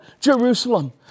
Jerusalem